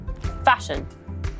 fashion